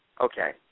Okay